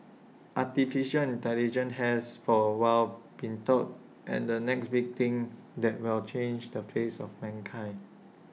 Artificial Intelligence has for A while been touted and the next big thing that will change the face of mankind